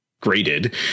graded